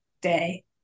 day